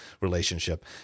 relationship